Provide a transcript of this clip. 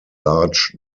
large